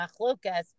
machlokas